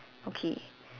okay